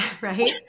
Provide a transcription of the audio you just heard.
right